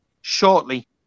shortly